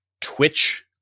twitch